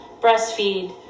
breastfeed